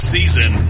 Season